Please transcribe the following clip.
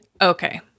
Okay